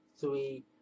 three